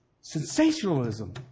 Sensationalism